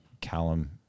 Callum